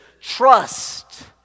trust